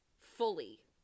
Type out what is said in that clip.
fully